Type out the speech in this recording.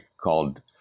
called